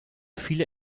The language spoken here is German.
viele